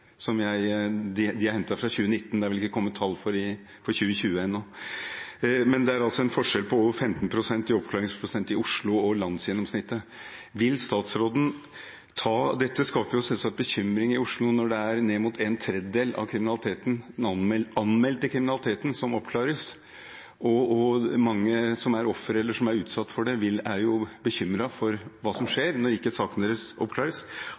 de er hentet fra 2019, det er vel ikke kommet tall for 2020 ennå. Det er altså en forskjell på over 15 pst. i oppklaringsprosent mellom Oslo og det som er landsgjennomsnittet. Det skaper selvsagt bekymring i Oslo når det er ned mot en tredjedel av den anmeldte kriminaliteten som oppklares, og mange som er ofre eller utsatt for det, er bekymret for hva som skjer når sakene deres ikke oppklares.